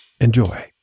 Enjoy